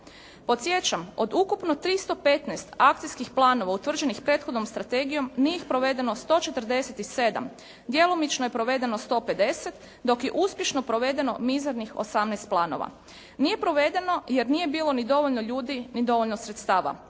Podsjećam od ukupno 315 akcijskih planova utvrđenih prethodnom strategijom nije ih provedeno 147. Djelomično je provedeno 150 dok je uspješno provedeno mizernih 18 planova. Nije provedeno jer nije bilo ni dovoljno ljudi ni dovoljno sredstava.